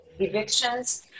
evictions